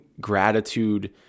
gratitude